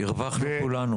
הרווחנו כולנו.